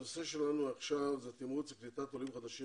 הנושא שלנו הוא תמרוץ לקליטת עולים חדשים